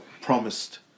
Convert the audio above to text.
promised